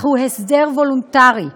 אך הוא הסדר וולונטרי.